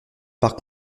par